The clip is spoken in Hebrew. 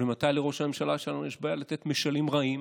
אבל ממתי לראש הממשלה שלנו יש בעיה לתת משלים רעים?